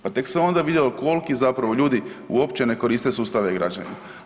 Pa tek se onda vidjelo koliki zapravo ljudi uopće ne koriste sustav e-Građani.